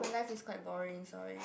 life is quite boring sorry